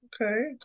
Okay